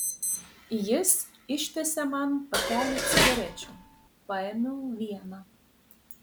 jis ištiesė man pakelį cigarečių paėmiau vieną